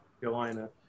Carolina